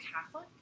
Catholic